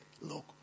look